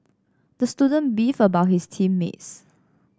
the student beefed about his team mates